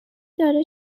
داره